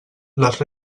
les